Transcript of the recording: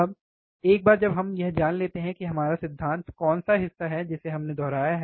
अब एक बार जब हम यह जान लेते हैं कि हमारा सिद्धांत कौन सा हिस्सा है जिसे हमने दोहराया है